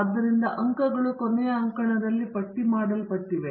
ಆದ್ದರಿಂದ ಅಂಕಗಳು ಕೊನೆಯ ಅಂಕಣದಲ್ಲಿ ಪಟ್ಟಿಮಾಡಲ್ಪಟ್ಟಿವೆ